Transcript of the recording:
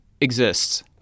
exists